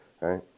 right